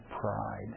pride